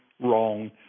wrong